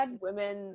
women